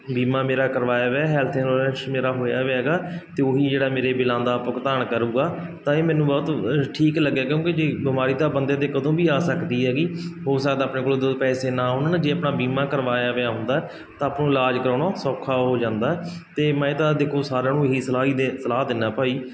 ਬੀਮਾ ਮੇਰਾ ਕਰਵਾਇਆ ਵੇ ਹੈ ਹੈਲਥ ਇਸ਼ੋਰੈਂਸ ਮੇਰਾ ਹੋਇਆ ਵੇ ਹੈਗਾ ਅਤੇ ਉਹੀ ਜਿਹੜਾ ਮੇਰੇ ਬਿਲਾਂ ਦਾ ਭੁਗਤਾਨ ਕਰੂਗਾ ਤਾਂ ਇਹ ਮੈਨੂੰ ਬਹੁਤ ਠੀਕ ਲੱਗਿਆ ਕਿਉਂਕਿ ਜੇ ਬਿਮਾਰੀ ਤਾਂ ਬੰਦੇ 'ਤੇ ਕਦੇ ਵੀ ਆ ਸਕਦੀ ਹੈਗੀ ਹੋ ਸਕਦਾ ਆਪਣੇ ਕੋਲ ਉਦੋਂ ਪੈਸੇ ਨਾ ਹੋਣ ਨਾ ਜੇ ਆਪਣਾ ਬੀਮਾ ਕਰਵਾਇਆ ਹੋਇਆ ਹੁੰਦਾ ਤਾਂ ਆਪਾਂ ਨੂੰ ਇਲਾਜ ਕਰਾਉਣਾ ਸੌਖਾ ਹੋ ਜਾਂਦਾ ਅਤੇ ਮੈਂ ਤਾਂ ਦੇਖੋ ਸਾਰਿਆਂ ਨੂੰ ਇਹੀ ਸਲਾਹ ਹੀ ਦੇ ਸਲਾਹ ਦਿੰਦਾ ਭਾਈ